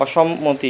অসম্মতি